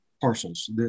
parcels